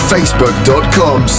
Facebook.com